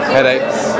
Headaches